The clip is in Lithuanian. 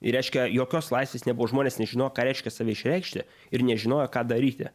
ir reiškia jokios laisvės nebuvo žmonės nežinojo ką reiškia save išreikšti ir nežinojo ką daryti